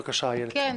תודה.